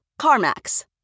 CarMax